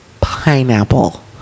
Pineapple